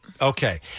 Okay